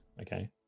okay